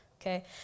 okay